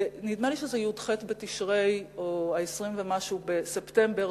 נדמה לי שזה בי"ח בתשרי או 20 ומשהו בספטמבר,